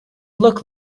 look